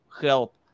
help